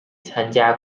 参加